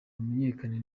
hamenyekane